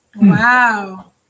Wow